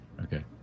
Okay